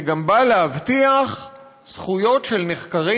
זה גם בא להבטיח זכויות של נחקרים,